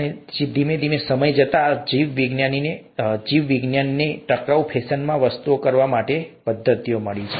અને સમય જતાં જીવવિજ્ઞાનને ટકાઉ ફેશનમાં વસ્તુઓ કરવા માટેની પદ્ધતિઓ મળી છે